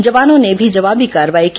जवानों ने भी जवाबी कार्रवाई की